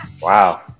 Wow